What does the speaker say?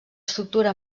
estructura